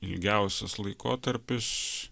ilgiausias laikotarpis